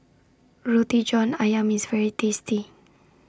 Roti John Ayam IS very tasty